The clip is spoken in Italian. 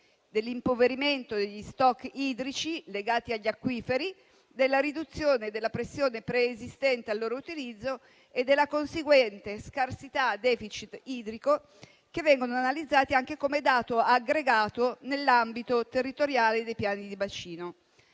dell'impoverimento degli *stock* idrici legati agli acquiferi, della riduzione della pressione preesistente al loro utilizzo e della conseguente scarsità/*deficit* idrico e vengono analizzati anche come dato aggregato nell'ambito territoriale dei Piani di bacino;